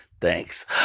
thanks